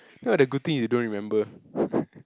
now the good thing you don't remember